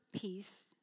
peace